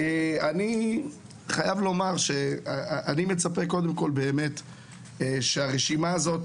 אני חייב לומר שאני מצפה קודם כל שהרשימה הזאת,